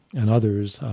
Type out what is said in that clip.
and others,